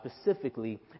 specifically